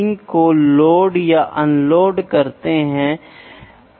इसलिए छात्रों अब इसे देखें कि मैंने आपको सभी चुनौती पूर्ण समस्याओं के बयान दिए हैं